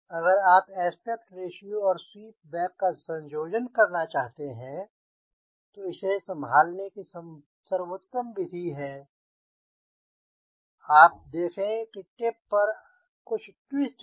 अगर आप aspect ratio और स्वीप बैक का संयोजन चाहते हैं तो इसे संभालने की सर्वोत्तम विधि है कि आप देखें कि टिप पर को कुछ ट्विस्ट है